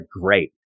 great